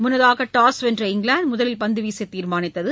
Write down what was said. முன்னதாக டாஸ் வென்ற இங்கிலாந்து முதலில் பந்துவீச தீர்மானித்தது